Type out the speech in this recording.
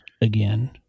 again